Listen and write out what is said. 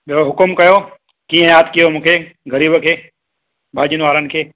ॿियो हुकुमु कयो कीअं यादि कयो मूंखे ग़रीब खे भाॼियुनि वारनि खे